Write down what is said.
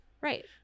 Right